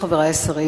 חברי השרים,